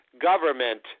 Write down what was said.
government